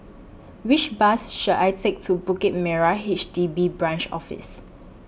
Which Bus should I Take to Bukit Merah H D B Branch Office